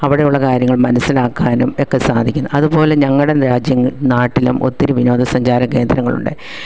അവിടെ ഉള്ള കാര്യങ്ങൾ മനസ്സിലാക്കാനും ഒക്കെ സാധിക്കുന്നു അതുപോലെ ഞങ്ങളുടെ രാജ്യങ്ങൾ നാട്ടിലും ഒത്തിരി വിനോദസഞ്ചാര കേന്ദ്രങ്ങളുണ്ട്